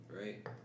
Right